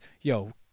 Yo